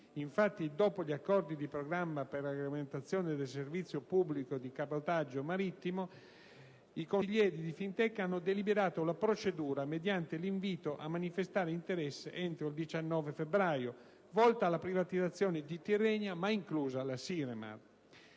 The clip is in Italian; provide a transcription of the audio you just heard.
Infatti, dopo gli accordi di programma per la regolamentazione dei servizio pubblico di cabotaggio marittimo, i consiglieri di Fintecna hanno deliberato la procedura, mediante l'invito a manifestare interesse entro il 19 febbraio, volta alla privatizzazione di Tirrenia inclusa la Siremar.